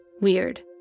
weird